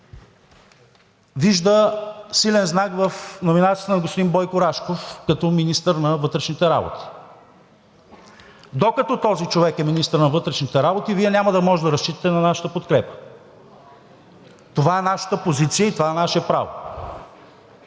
вижда силен знак в номинацията на господин Бойко Рашков като министър на вътрешните работи. Докато този човек е министър на вътрешните работи, Вие няма да можете да разчитате на нашата подкрепа. Това е нашата позиция и това е наше право.